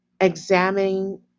examining